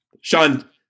Sean